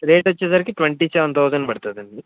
rate వచ్చేసరికి twenty seven thousand పడుతుందండి